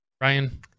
Ryan